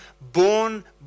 born